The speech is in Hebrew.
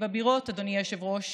אדוני היושב-ראש,